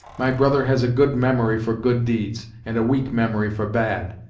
my brother has a good memory for good deeds, and a weak memory for bad.